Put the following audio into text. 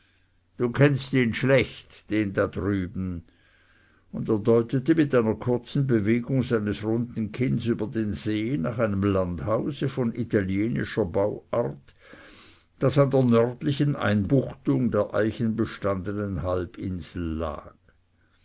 du kennst ihn schlecht den da drüben und er deutete mit einer kurzen bewegung seines runden kinns über den see nach einem landhause von italienischer bauart das an der nördlichen einbuchtung der eichenbestandenen halbinsel lag